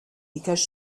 because